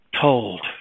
told